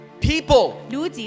people